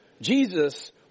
Jesus